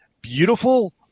beautiful